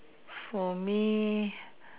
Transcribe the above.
for me